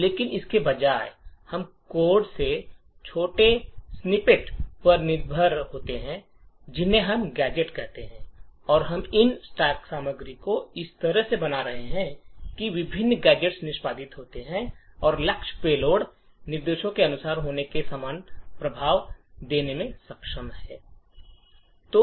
लेकिन इसके बजाय हम कोड के छोटे स्निपेट पर निर्भर होते हैं जिन्हें हम गैजेट कहते हैं और हम इन स्टैक सामग्री को इस तरह से बना रहे हैं कि ये विभिन्न गैजेट निष्पादित होते हैं और लक्ष्य पेलोड निर्देशों के अनुक्रम होने के समान प्रभाव देने में सक्षम होते हैं